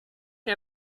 ihr